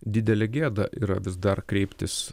didelė gėda yra vis dar kreiptis